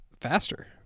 faster